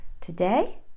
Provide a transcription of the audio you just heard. Today